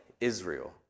Israel